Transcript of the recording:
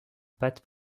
pâte